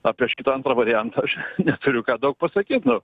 apie šitą antrą variantą aš neturiu ką daug pasakyt nu